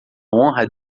honra